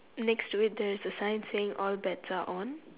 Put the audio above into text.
next to it there is a sign saying all bets are on